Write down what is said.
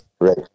Right